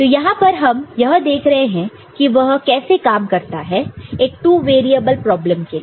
तो यहां पर हम यह देख रहे हैं कि वह कैसे काम करता है एक 2 वेरिएबल प्रॉब्लम के लिए